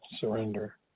surrender